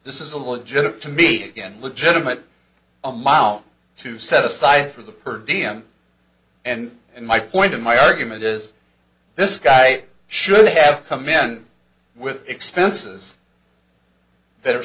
this is a legitimate to meet again legitimate amount to set aside for the per v m and my point in my argument is this guy should have come in with expenses that are